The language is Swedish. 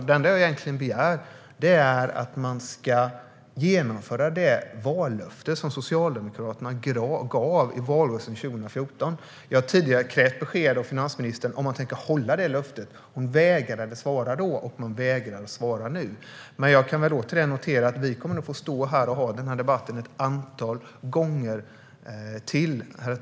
Det enda jag begär är egentligen att man ska genomföra det vallöfte som Socialdemokraterna gav i valrörelsen 2014. Jag har tidigare krävt besked av finansministern om man tänker hålla det löftet. Hon vägrade att svara då, och hon vägrar att svara nu. Herr talman! Vi kommer nog att få ha den här debatten ett antal gånger till.